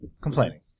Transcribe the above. complaining